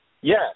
yes